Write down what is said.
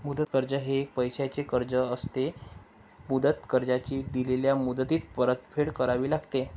मुदत कर्ज हे एक पैशाचे कर्ज असते, मुदत कर्जाची दिलेल्या मुदतीत परतफेड करावी लागते